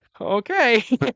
Okay